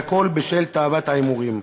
והכול בשל תאוות ההימורים.